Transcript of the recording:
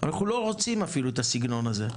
אבל אנחנו אפילו לא רוצים את הסגנון הזה,